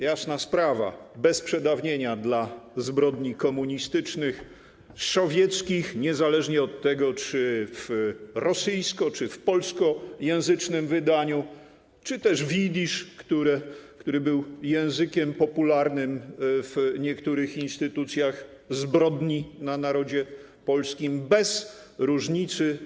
Jasna sprawa, bez przedawnienia w przypadku zbrodni komunistycznych, sowieckich, niezależnie od tego, czy w rosyjsko-, czy w polskojęzycznym wydaniu, czy też w jidysz, który był językiem popularnym w niektórych instytucjach zbrodni na narodzie polskim, bez różnicy.